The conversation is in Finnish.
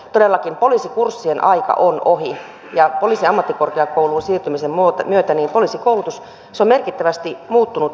todellakin poliisikurssien aika on ohi ja poliisiammattikorkeakouluun siirtymisen myötä poliisikoulutus on merkittävästi muuttunut